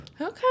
okay